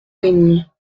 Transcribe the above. rénier